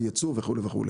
יצוא וכולי.